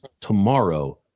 tomorrow